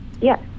Yes